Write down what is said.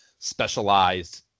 specialized